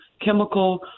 chemical